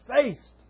faced